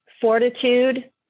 fortitude